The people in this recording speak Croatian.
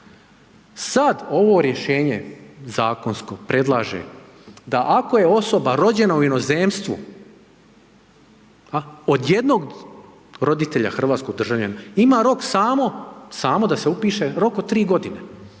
Sada ovo rješenje zakonsko predlaže da ako je osoba rođena u inozemstvu a od jednog roditelja hrvatskog državljana ima rok samo, samo da se upiše, rok od 3 godine